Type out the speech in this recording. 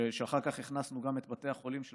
ואחר כך הכנסנו גם את בתי החולים של